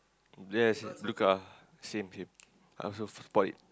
yes blue car same same I also spot it